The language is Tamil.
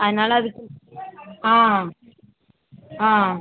அதனாலே அதுக்கு ஆ ஆ